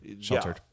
sheltered